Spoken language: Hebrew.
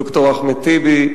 ד"ר אחמד טיבי.